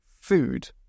food